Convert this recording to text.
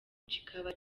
kikaba